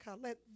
Let